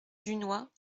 dunois